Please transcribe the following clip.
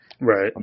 right